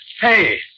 Hey